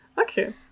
Okay